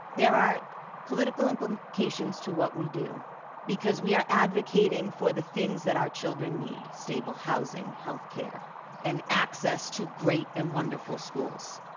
there are political and but implications to what we do because we are advocating for the things that our children need stable housing, healthcare and access to great and wonderful schools.